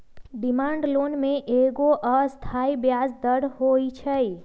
demand loan में एगो अस्थाई ब्याज दर होइ छइ